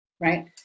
Right